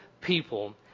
people